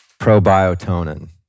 Probiotonin